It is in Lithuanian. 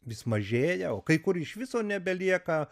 vis mažėja o kai kur iš viso nebelieka